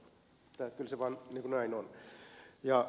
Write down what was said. kyllä se vaan näin on